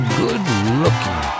good-looking